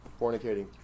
fornicating